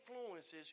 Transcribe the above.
influences